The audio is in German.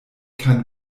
kann